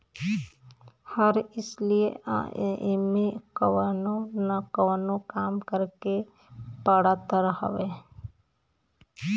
हर सलिए एमे कवनो न कवनो काम करे के पड़त हवे